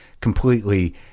completely